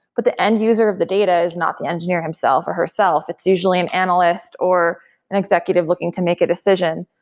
but the end-user of the data is not the engineer himself or herself. herself. it's usually an analyst, or an executive looking to make a decision.